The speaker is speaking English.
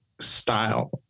style